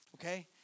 Okay